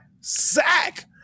sack